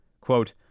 Quote